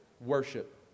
worship